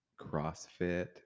CrossFit